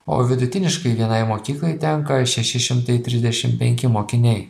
o vidutiniškai vienai mokyklai tenka šeši šimtai trisdešim penki mokiniai